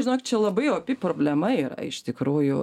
žinok čia labai opi problema yra iš tikrųjų